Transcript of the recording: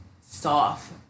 soft